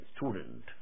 student